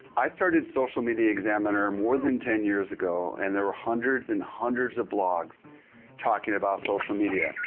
i started social media examiner more than ten years ago, and there were hundreds and hundreds of blogs talking about social media.